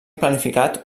planificat